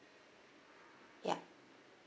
yup